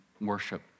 worship